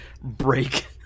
break